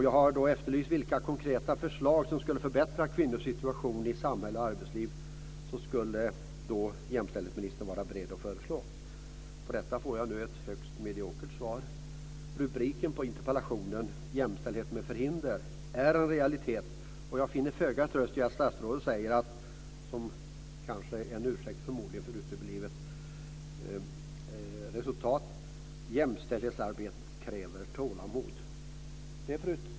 Jag har efterlyst besked om vilka konkreta förslag för att förbättra kvinnors situation i samhälle och arbetsliv som jämställdhetsministern är beredd att lägga fram men jag får ett högst mediokert svar. Rubriken på interpellationen, Jämställdhet med förhinder, är en realitet. Jag finner föga tröst i att statsrådet - förmodligen som en ursäkt för uteblivet resultat - säger: "Jämställdhetsarbetet kräver tålamod -."